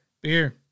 beer